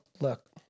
look